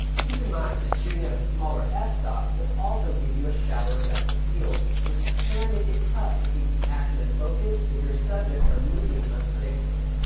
keep in mind that shooting at a smaller f-stop will also give you shallower depth of field, which can make it tough to keep the action in focus if your subjects are moving unpredictably.